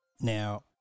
Now